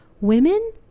women